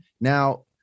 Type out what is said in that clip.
Now